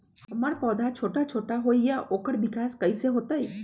हमर पौधा छोटा छोटा होईया ओकर विकास कईसे होतई?